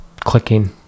clicking